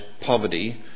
poverty